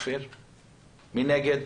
מי נגד?